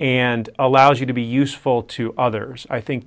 and allows you to be useful to others i think